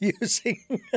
using